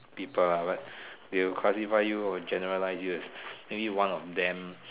people lah but they will classify you or generalize you as maybe one of them